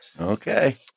Okay